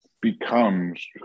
becomes